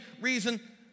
reason